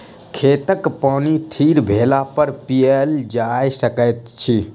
खेतक पानि थीर भेलापर पीयल जा सकैत अछि